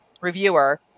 reviewer